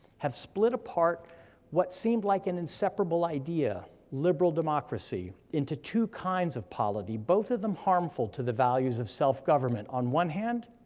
have split apart what seemed like an inseparable idea, liberal democracy, into two kinds of polity, both of them harmful to the values of self-government. on one hand,